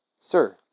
Sir